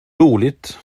roligt